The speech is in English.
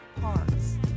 parts